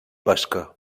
pesca